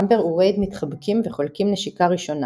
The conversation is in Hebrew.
אמבר ווייד מתחבקים וחולקים נשיקה ראשונה.